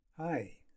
Hi